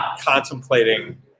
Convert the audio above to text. contemplating